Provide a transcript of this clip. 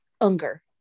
Unger